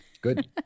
Good